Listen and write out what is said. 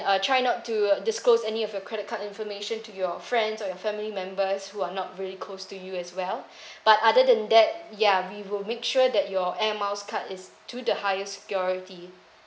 uh try not to disclose any of your credit card information to your friends or your family members who are not very close to you as well but other than that ya we will make sure that your air miles card its to the higher security